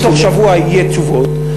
תגיד שבתוך שבוע יהיו תשובות,